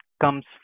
comes